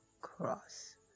cross